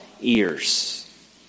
ears